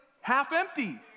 half-empty